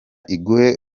iguhe